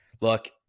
Look